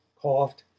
coughed,